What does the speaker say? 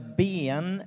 ben